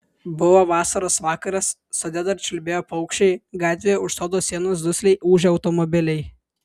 buvo vasaros vakaras sode dar čiulbėjo paukščiai gatvėje už sodo sienos dusliai ūžė automobiliai